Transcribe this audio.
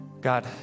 God